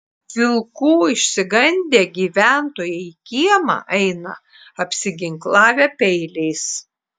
vilkų išsigandę gyventojai į kiemą eina apsiginklavę peiliais